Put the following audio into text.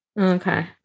Okay